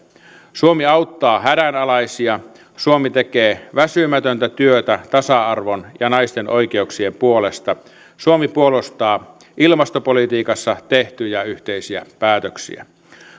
suomi auttaa hädänalaisia suomi tekee väsymätöntä työtä tasa arvon ja naisten oikeuksien puolesta suomi puolustaa ilmastopolitiikassa tehtyjä yhteisiä päätöksiä